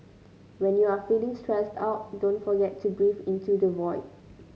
when you are feeling stressed out don't forget to breathe into the void